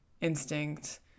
instinct